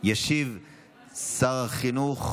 אין מתנגדים ואין נמנעים.